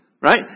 right